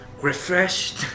refreshed